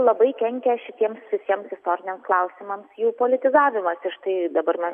labai kenkia šitiems visiems istoriniams klausimams jų politizavimas ir štai dabar mes